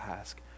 ask